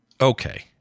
Okay